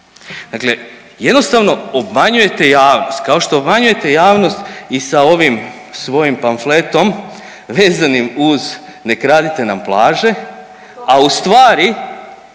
veći. Jednostavno obmanjujete javnost, kao što obmanjujete javnost i sa ovim svojim pamfletom vezanim uz „Ne kradite nam plaže“, a ustvari